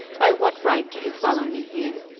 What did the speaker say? by what right do you follow me here?